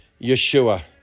Yeshua